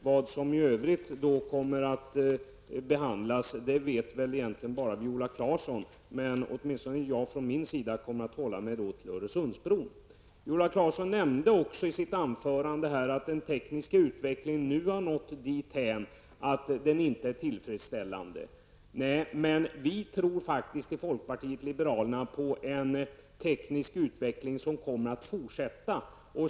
Vad som i övrigt kommer att behandlas, vet väl egentligen bara Viola Claesson. Men åtminstone jag kommer då i debatten att hålla mig till Öresundsbron. Viola Claesson nämnde också i sitt anförande att den tekniska utvecklingen nu har nått dithän att den inte är tillfredsställande. Vi i folkpartiet liberalerna tror faktiskt på en teknisk utveckling som kommer att fortsätta.